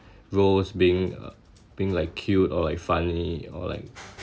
roles being uh being like cute or like funny or like